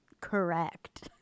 Correct